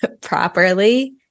properly